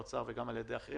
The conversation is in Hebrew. מהאוצר וגם על-ידי אחרים